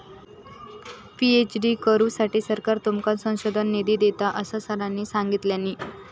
PhD करुसाठी सरकार तुमका संशोधन निधी देता, असा सरांनी सांगल्यानी